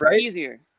easier